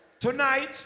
tonight